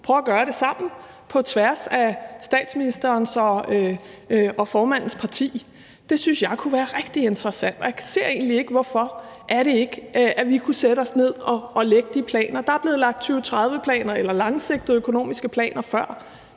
prøve at gøre det sammen på tværs af statsministerens og hr. Jakob Ellemann-Jensens parti. Det synes jeg kunne være rigtig interessant. Og jeg kan egentlig ikke se, hvorfor vi ikke kunne sætte os ned og lægge de planer. Der er blevet lagt langsigtede økonomiske planer før